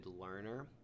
learner